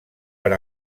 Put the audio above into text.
per